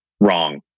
wrong